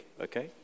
okay